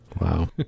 wow